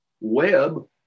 web